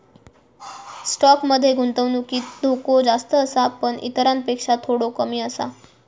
stock मध्ये गुंतवणुकीत धोको जास्त आसा पण इतरांपेक्षा थोडो कमी आसा